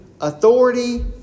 authority